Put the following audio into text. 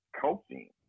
coaching